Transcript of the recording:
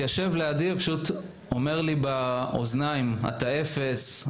מתיישב לידי ואומר לי באוזניים: אתה אפס,